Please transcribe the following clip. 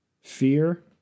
fear